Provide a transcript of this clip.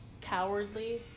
cowardly